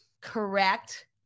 correct